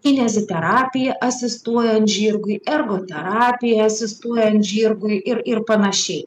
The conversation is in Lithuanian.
kineziterapija asistuojant žirgui ergoterapija asistuojant žirgui ir ir panašiai